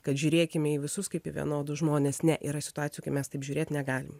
kad žiūrėkime į visus kaip į vienodus žmones ne yra situacijų kai mes taip žiūrėt negalim